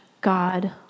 God